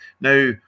Now